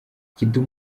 kidum